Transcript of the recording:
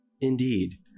Indeed